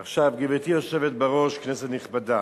עכשיו, גברתי היושבת-ראש, כנסת נכבדה,